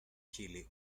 chile